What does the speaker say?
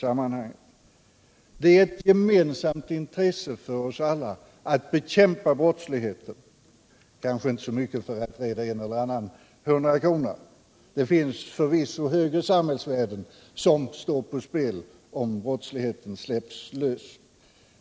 Det är därför ett gemensamt intresse för oss alla att bekämpa brottsligheten, kanske inte så mycket för att försöka rädda hundra kronor för en eller annan — det finns förvisso högre samhällsvärden som står på spel, om brottsligheten släpps lös.